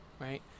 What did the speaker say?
right